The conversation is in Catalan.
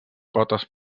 potes